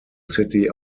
city